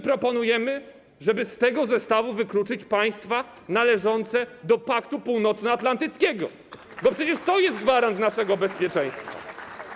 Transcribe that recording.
Proponujemy, żeby z tego zestawu wykluczyć państwa należące do Paktu Północnoatlantyckiego, bo przecież to jest gwarant naszego bezpieczeństwa.